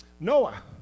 Noah